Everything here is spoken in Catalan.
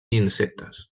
insectes